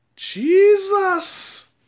Jesus